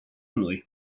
noi